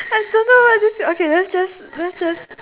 I don't know what to say okay let's just let's just